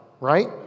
right